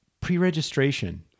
pre-registration